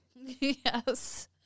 Yes